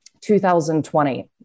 2020